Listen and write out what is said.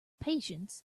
patience